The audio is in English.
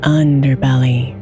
underbelly